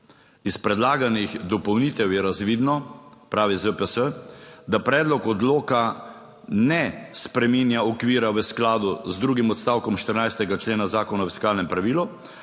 Iz predlaganih dopolnitev je razvidno, pravi ZPS, da predlog odloka ne spreminja okvira v skladu z drugim odstavkom 14. člena Zakona o fiskalnem pravilu,